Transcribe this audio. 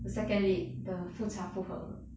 the second lead the fucha fuheng